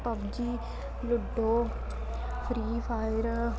pub ji ludo Free Fire